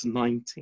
19